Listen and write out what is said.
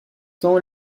temps